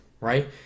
right